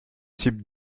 type